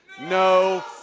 no